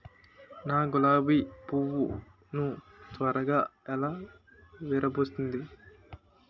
నా గులాబి పువ్వు ను త్వరగా ఎలా విరభుస్తుంది?